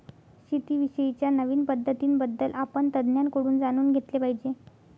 शेती विषयी च्या नवीन पद्धतीं बद्दल आपण तज्ञांकडून जाणून घेतले पाहिजे